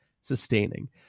sustaining